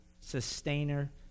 sustainer